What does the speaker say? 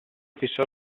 fissò